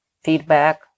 feedback